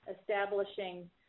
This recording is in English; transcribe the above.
establishing